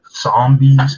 zombies